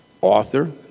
Author